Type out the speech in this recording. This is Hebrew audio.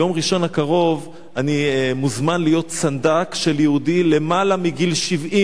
ביום ראשון הקרוב אני מוזמן להיות סנדק של יהודי בן למעלה מ-70,